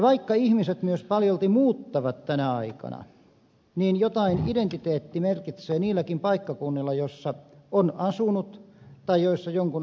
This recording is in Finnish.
vaikka ihmiset myös paljolti muuttavat tänä aikana niin jotain identiteetti merkitsee niilläkin paikkakunnilla joissa on asunut tai joissa jonkun aikaa asuu